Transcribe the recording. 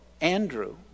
andrew